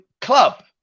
club